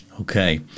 Okay